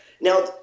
Now